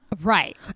Right